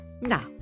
Now